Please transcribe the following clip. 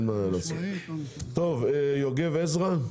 יוגב עזרא.